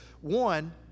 One